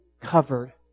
covered